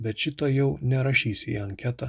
bet šito jau nerašysi į anketą